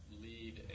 lead